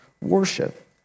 worship